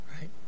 Right